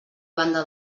banda